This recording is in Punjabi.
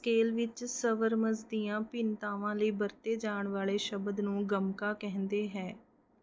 ਇੱਕ ਸਕੇਲ ਵਿੱਚ ਸਵਰਮਜ਼ ਦੀਆਂ ਭਿੰਨਤਾਵਾਂ ਲਈ ਵਰਤੇ ਜਾਣ ਵਾਲੇ ਸ਼ਬਦ ਨੂੰ ਗਮਕਾ ਕਹਿੰਦੇ ਹੈ